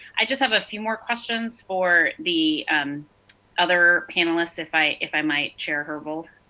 i just have a few more questions for the um other panelists, if i if i might, chair herbold?